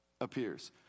appears